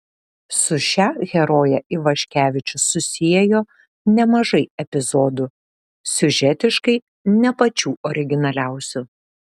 su šia heroje ivaškevičius susiejo nemažai epizodų siužetiškai ne pačių originaliausių